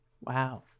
Wow